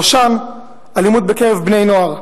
בראשן אלימות בקרב בני-נוער.